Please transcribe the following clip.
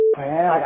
man